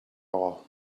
all